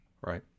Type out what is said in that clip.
Right